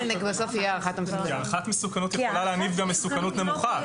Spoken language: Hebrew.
הערכת מסוכנות יכולה גם להעמיד גם מסוכנות נמוכה.